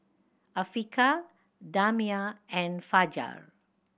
Afiqah Damia and Fajar